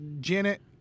Janet